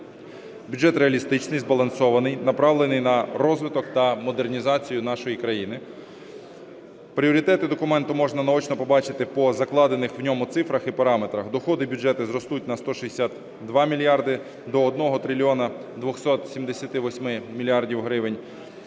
Бюджет реалістичний, збалансований, направлений на розвиток та модернізацію нашої країни. Пріоритети документа можна наочно побачити по закладених в ньому цифрах і параметрах. Доходи і бюджети зростуть на 162 мільярди до 1 трильйона 278 мільярдів